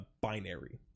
binary